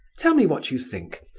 tell me what you think.